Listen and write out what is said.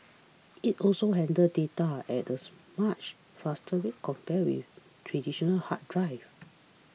it also handles data at as much faster rate compared with traditional hard drives